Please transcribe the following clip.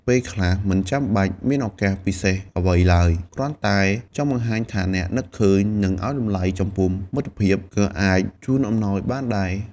ពេលខ្លះ មិនចាំបាច់មានឱកាសពិសេសអ្វីឡើយ គ្រាន់តែចង់បង្ហាញថាអ្នកនឹកឃើញ និងឲ្យតម្លៃចំពោះមិត្តភាព ក៏អាចជូនអំណោយបានដែរ។